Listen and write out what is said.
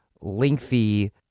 lengthy